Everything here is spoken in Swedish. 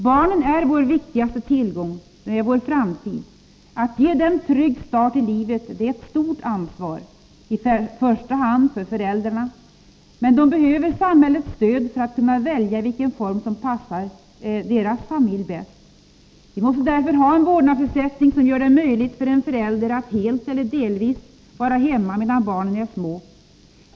Barnen är vår viktigaste tillgång — vår framtid. Att ge dem en trygg start i livet är ett stort ansvar, i första hand för färäldrarna. Men de behöver samhällets stöd för att kunna välja den form som passar varje familj bäst. Vi måste därför ha en vårdnadsersättning som gör det möjligt för en förälder att helt eller delvis vara hemma medan barnen är små.